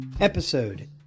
Episode